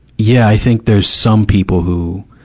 yeah, i think there's some people who,